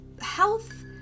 health